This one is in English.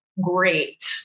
Great